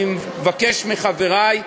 אני מבקש מחברי,